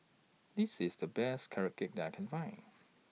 This IS The Best Carrot Cake that I Can Find